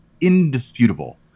indisputable